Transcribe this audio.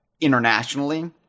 internationally